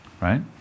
right